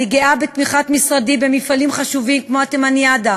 אני גאה בתמיכת משרדי במפעלים חשובים כמו ה"תימניאדה",